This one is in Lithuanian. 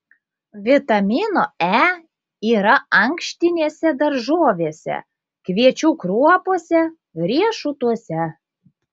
vitamino e yra ankštinėse daržovėse kviečių kruopose riešutuose